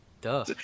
duh